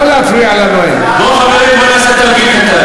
בואו נעשה תרגיל קטן,